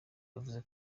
yavuze